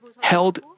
held